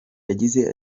yagize